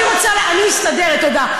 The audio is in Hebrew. אני מסתדרת, תודה.